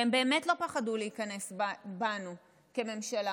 והם באמת לא פחדו להיכנס בנו כממשלה.